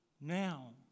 now